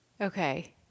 Okay